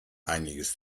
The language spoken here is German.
einiges